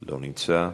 לא נמצא,